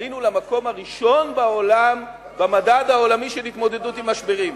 עלינו למקום הראשון בעולם במדד העולמי של התמודדות עם משברים.